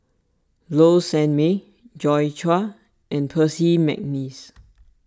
Low Sanmay Joi Chua and Percy McNeice